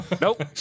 Nope